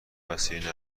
وسیله